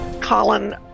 colin